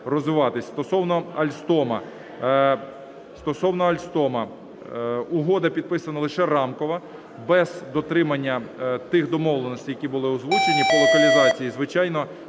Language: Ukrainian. Стосовно Alstom. Угода підписана лише рамкова, без дотримання тих домовленостей, які були озвучені, по локалізації. Звичайно,